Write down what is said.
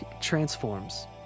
transforms